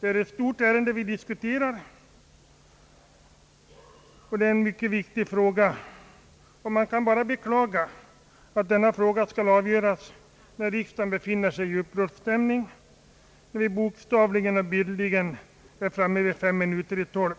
det är ett stort ärende vi diskuterar, och man kan bara beklaga att denna fråga skall avgöras när riksdagen befinner sig i uppbrottsstämning, både bokstavligen och bildligt framme vid fem minuter i 12.